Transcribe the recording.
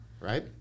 Right